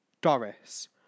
Doris